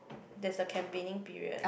there's a campaigning period